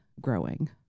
growing